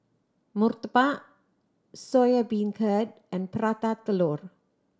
murtabak Soya Beancurd and Prata Telur